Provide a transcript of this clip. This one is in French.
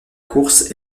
course